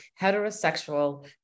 heterosexual